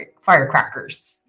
firecrackers